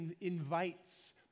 invites